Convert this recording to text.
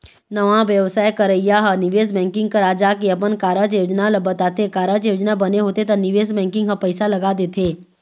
नवा बेवसाय करइया ह निवेश बेंकिग करा जाके अपन कारज योजना ल बताथे, कारज योजना बने होथे त निवेश बेंकिग ह पइसा लगा देथे